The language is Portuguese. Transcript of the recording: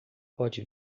pode